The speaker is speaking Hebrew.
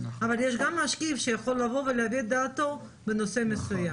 אבל יש גם משקיף שיכול לבוא ולהביע את דעתו בנושא מסוים.